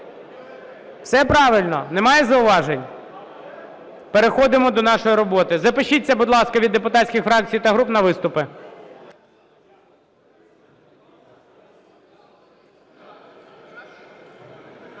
Все правильно? Немає зауважень? Переходимо до нашої роботи. Запишіться, будь ласка, від депутатських фракцій та груп на виступи.